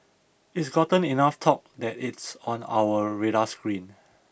it's gotten enough talk that it's on our radar screen